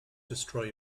destroy